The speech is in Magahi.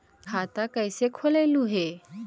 खाता कैसे खोलैलहू हे?